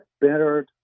better